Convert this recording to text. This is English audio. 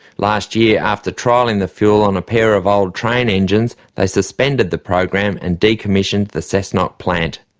last year, after trialling the fuel on a pair of old train engines, they suspended the program and decommissioned the cessnock plant.